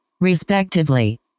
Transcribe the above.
respectively